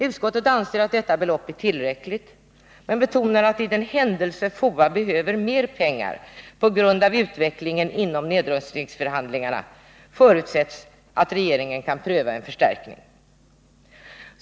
Utskottet anser att detta belopp är tillräckligt, men betonar att i den händelse FOA behöver mer pengar på grund av utvecklingen inom nedrustningsförhandlingarna förutsätts att regeringen kan pröva en förstärkning.